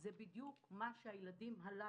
זה בדיוק מה שהילדים הללו,